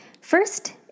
First